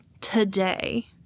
today